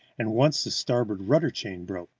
and once the starboard rudder-chain broke.